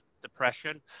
Depression